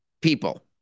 people